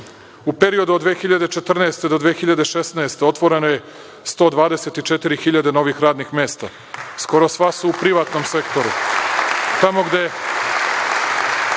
periodu od 2014. do 2016. godine otvoreno je 124.000 novih radnih mesta, skoro sva su u privatnom sektoru, tamo gde